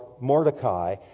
Mordecai